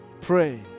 pray